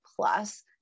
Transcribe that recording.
plus